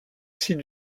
site